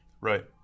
Right